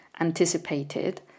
anticipated